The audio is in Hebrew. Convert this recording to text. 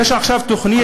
יש עכשיו תוכנית,